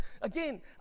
again